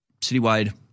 citywide